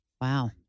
Wow